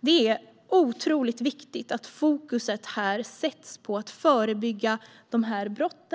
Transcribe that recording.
Det är otroligt viktigt att fokus här sätts på att förebygga dessa brott,